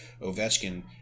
Ovechkin